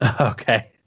Okay